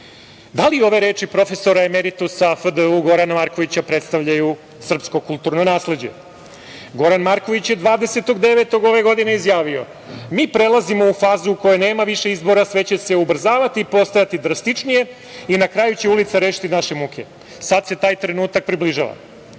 li ove reči profesora emeritusa FDU Gorana Markovića predstavljaju srpsko kulturno nasleđe? Goran Marković je 20. 09. ove godine izjavio: "Mi prelazimo u fazu u kojoj nema više izbora, sve će se ubrzavati i postajati drastičnije i na kraju će ulica rešiti naše muke. Sad se taj trenutak približava".Da